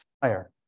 fire